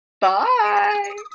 Bye